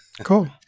cool